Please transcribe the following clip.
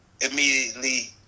immediately